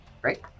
Great